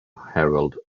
harald